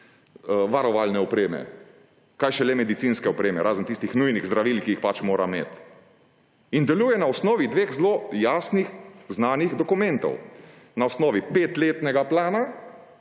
varovalne opreme, kaj šele medicinske opreme, razen tistih nujnih zdravil, ki jih pač mora imeti. In deluje na osnovi dveh zelo jasnih, znanih dokumentov – na osnovi petletnega plana,